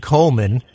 Coleman